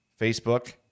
Facebook